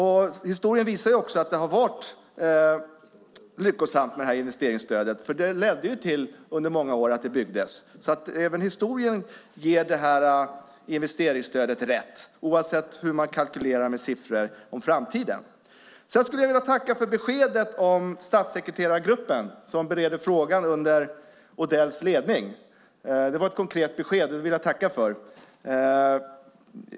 Historien visar att investeringsstödet har varit lyckosamt, för det ledde under många år till att det byggdes. Även historien ger investeringsstödet rätt, oavsett hur man kalkylerar med siffror om framtiden. Jag skulle vilja tacka för beskedet om statssekreterargruppen som bereder frågan under Odells ledning. Det var ett konkret besked, och det vill jag tacka för.